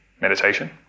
meditation